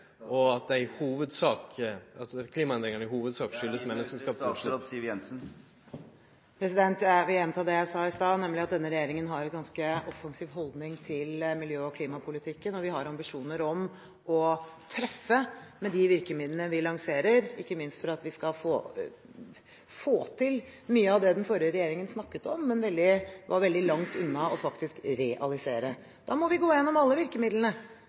at klimaendringane i hovudsak er menneskeskapte? Jeg vil gjenta det jeg sa i stad, nemlig at denne regjeringen har en ganske offensiv holdning til miljø- og klimapolitikken, og vi har ambisjoner om å treffe med de virkemidlene vi lanserer, ikke minst for å få til mye av det den forrige regjeringen snakket om, men var veldig langt unna faktisk å realisere. Da må vi gå igjennom alle virkemidlene,